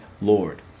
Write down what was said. Lord